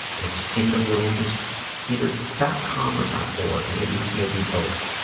it's intherooms, either dot com or dot org, maybe maybe both,